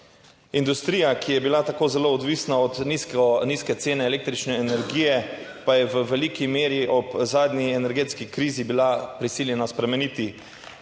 Industrija, ki je bila tako zelo odvisna od nizko nizke cene električne energije, pa je v veliki meri ob zadnji energetski krizi bila prisiljena spremeniti